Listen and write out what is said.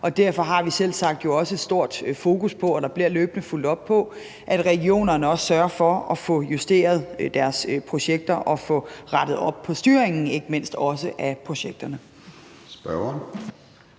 Derfor har vi jo selvsagt også et stort fokus på – og der bliver løbende fulgt op på det – at regionerne sørger for at få justeret deres projekter, og at de ikke mindst også får rettet op